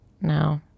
No